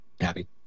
happy